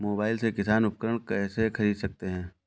Mobile से किसान उपकरण कैसे ख़रीद सकते है?